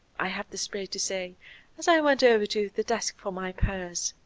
i had the spirit to say as i went over to the desk for my purse.